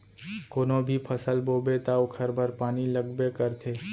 कोनो भी फसल बोबे त ओखर बर पानी लगबे करथे